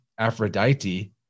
Aphrodite